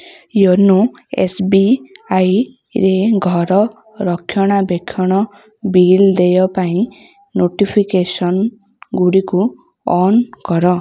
YONO ଏସ୍ବିଆଇରେ ଘର ରକ୍ଷଣାବେକ୍ଷଣ ବିଲ୍ ଦେୟ ପାଇଁ ନୋଟିଫିକେସନ୍ ଗୁଡ଼ିକୁ ଅନ୍ କର